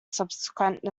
subsequent